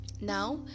now